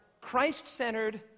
Christ-centered